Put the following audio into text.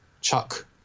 Chuck